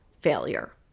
failure